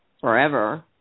forever